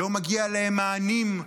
לא מגיע להם מענים,